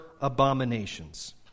abominations